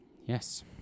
Yes